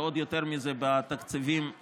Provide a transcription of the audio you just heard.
ועוד יותר מזה בתקציבים הבאים.